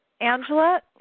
Angela